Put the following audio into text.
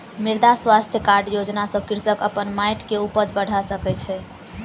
मृदा स्वास्थ्य कार्ड योजना सॅ कृषक अपन माइट के उपज बढ़ा सकै छै